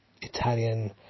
Italian